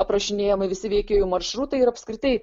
aprašinėjami visi veikėjų maršrutai ir apskritai